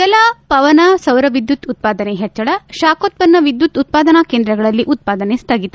ಜಲ ಪವನ ಸೌರವಿದ್ಯುತ್ ಉತ್ಪಾದನೆ ಹೆಚ್ಚಳ ಶಾಖೋತ್ಪನ್ನ ವಿದ್ಯುತ್ ಉತ್ಪಾದನಾ ಕೇಂದ್ರಗಳಲ್ಲಿ ಉತ್ಪಾದನೆ ಸ್ಥಗಿತ